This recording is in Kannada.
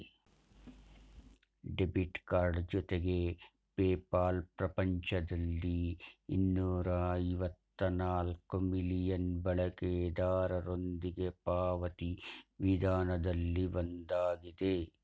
ಡೆಬಿಟ್ ಕಾರ್ಡ್ ಜೊತೆಗೆ ಪೇಪಾಲ್ ಪ್ರಪಂಚದಲ್ಲಿ ಇನ್ನೂರ ಐವತ್ತ ನಾಲ್ಕ್ ಮಿಲಿಯನ್ ಬಳಕೆದಾರರೊಂದಿಗೆ ಪಾವತಿ ವಿಧಾನದಲ್ಲಿ ಒಂದಾಗಿದೆ